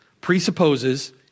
Presupposes